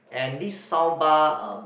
and this soundbar um